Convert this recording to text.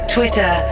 Twitter